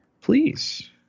Please